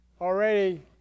already